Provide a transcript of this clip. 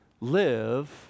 live